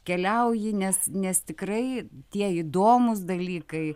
keliauji nes nes tikrai tie įdomūs dalykai